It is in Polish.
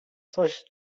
coś